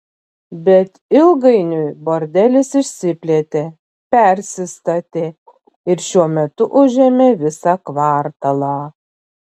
bet ilgainiui bordelis išsiplėtė persistatė ir šiuo metu užėmė visą kvartalą